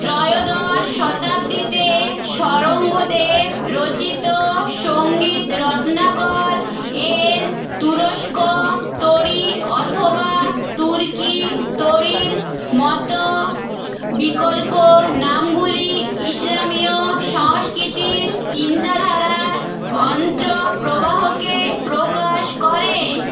ত্রয়োদশ শতাব্দীতে শরঙ্গদেব রচিত সঙ্গীত রত্নাকর এর তুরুষ্ক তোড়ি অথবা তুর্কি তোড়ির মতো বিকল্প নামগুলি ইসলামীয় সংস্কৃতির চিন্তাধারার অন্ত্রপ্রবাহকে প্রকাশ করে